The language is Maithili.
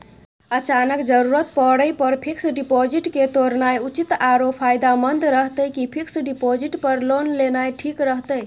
अचानक जरूरत परै पर फीक्स डिपॉजिट के तोरनाय उचित आरो फायदामंद रहतै कि फिक्स डिपॉजिट पर लोन लेनाय ठीक रहतै?